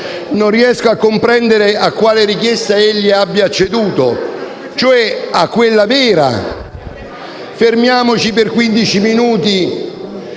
non riesco a comprendere a quale richiesta egli abbia acceduto, se a quella vera (fermiamoci quindici minuti